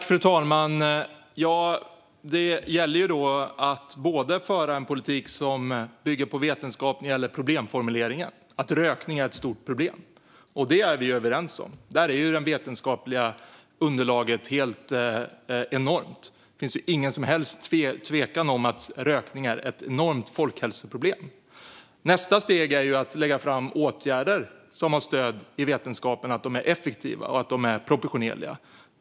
Fru talman! Det gäller att föra en politik som bygger på vetenskap när det gäller problemformuleringar. Att rökning är ett stort problem är vi överens om. Där är det vetenskapliga underlaget helt enormt. Det finns inget som helst tvivel om att rökning är ett enormt folkhälsoproblem. Nästa steg är att lägga fram förslag på åtgärder som har stöd i vetenskapen för att de är effektiva och proportionerliga.